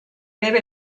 debe